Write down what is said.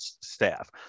staff